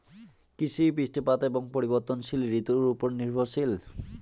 কৃষি বৃষ্টিপাত এবং পরিবর্তনশীল ঋতুর উপর নির্ভরশীল